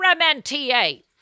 MNTA